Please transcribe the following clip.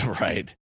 Right